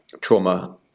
trauma